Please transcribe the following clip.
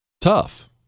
Tough